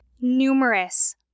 Numerous